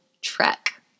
trek